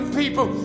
people